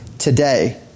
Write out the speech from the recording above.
today